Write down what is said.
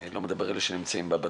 אני לא מדבר על אלה שנמצאים בחל"ת,